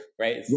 right